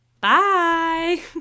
Bye